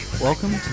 Welcome